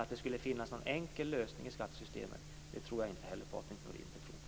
Att det skulle finnas någon enkel lösning i skattesystemet tror jag inte att Patrik Norinder tror på heller.